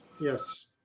Yes